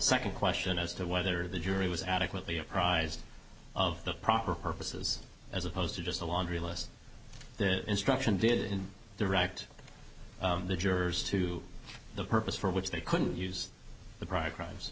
second question as to whether the jury was adequately apprised of the proper purposes as opposed to just a laundry list that instruction did direct the jurors to the purpose for which they couldn't use the prior crimes